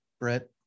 Brett